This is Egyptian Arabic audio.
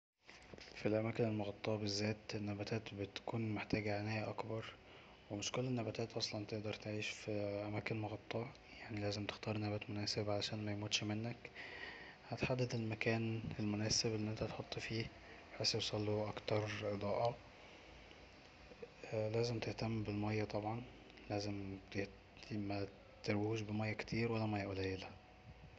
في الأماكن المغطاه بالذات النباتات بتكون محتاجه عناية اكبر ومش كل النباتات أصلا تقدر تعيش في أماكن مغطاه يعني لازم تختار نبات مناسب عشان ميموتش منك هتحدد المكان المناسب اللي انت هتحطه فيه بحيث يوصله اكتر اضاءة ولازم تهتم بالمايه طبعا لازم مترويهوش بمايه كتير ولا مايه قليله